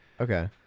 Okay